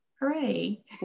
Hooray